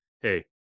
hey